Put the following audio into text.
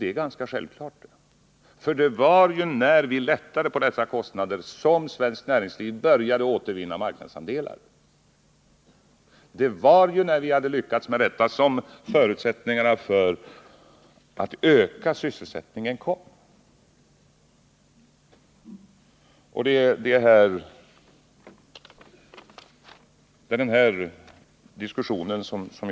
Det är ganska självklart, för det var när vi lättade på dessa kostnader som svenskt näringsliv började återvinna marknadsandelar, och det var när vi lyckades med detta som förutsättningarna att öka sysselsättningen kom.